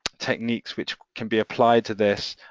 techniques which can be applied to this,